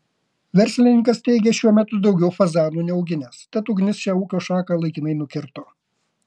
verslininkas teigė šiuo metu daugiau fazanų neauginęs tad ugnis šią ūkio šaką laikinai nukirto